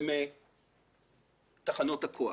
ומתחנות הכוח.